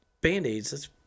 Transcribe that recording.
band-aids